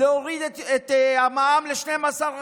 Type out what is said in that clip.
איפה מה שהבטחתם להוריד את המע"מ ל-12%?